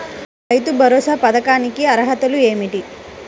రైతు భరోసా పథకానికి అర్హతలు ఏమిటీ?